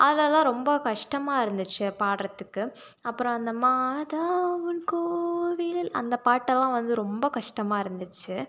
அதுலேலாம் ரொம்ப கஷ்டமாக இருந்துச்சு பாடுறதுக்கு அப்பறம் அந்த அந்த பாட்டெல்லாம் வந்து ரொம்ப கஷ்டமாக இருந்துச்சு